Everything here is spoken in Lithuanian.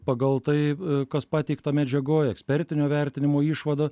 pagal tai kas pateikta medžiagoj ekspertinio vertinimo išvada